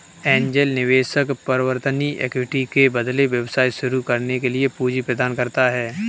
angel निवेशक परिवर्तनीय equity के बदले व्यवसाय शुरू करने के लिए पूंजी प्रदान करता है